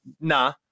Nah